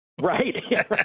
Right